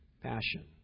passion